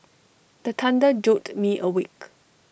the thunder jolt me awake